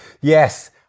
Yes